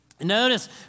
Notice